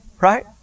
right